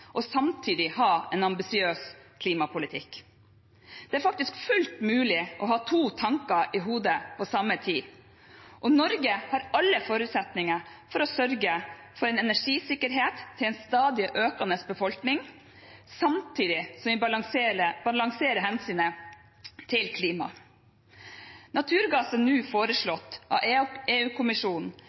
og samtidig ha en ambisiøs klimapolitikk. Det er faktisk fullt mulig å ha to tanker i hodet på samme tid, og Norge har alle forutsetninger for å sørge for energisikkerhet til en stadig økende befolkning, samtidig som vi balanserer hensynet til klimaet. Naturgass er nå foreslått av